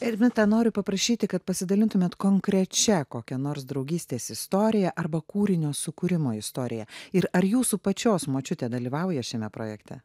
ermita noriu paprašyti kad pasidalintumėt konkrečia kokia nors draugystės istorija arba kūrinio sukūrimo istoriją ir ar jūsų pačios močiutė dalyvauja šiame projekte